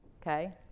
Okay